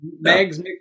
Mags